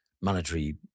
monetary